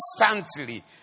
constantly